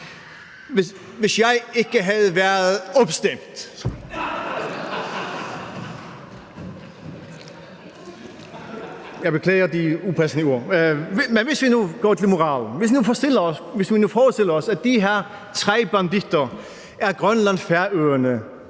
hvis jeg ikke havde været opstemt. (Munterhed). Kl. 20:52 Jeg beklager de upassende ord, men hvis vi nu går til moralen, og hvis vi nu forestiller os, at de her tre banditter er Grønland, Færøerne